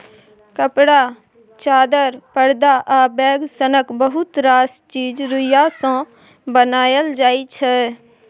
कपड़ा, चादर, परदा आ बैग सनक बहुत रास चीज रुइया सँ बनाएल जाइ छै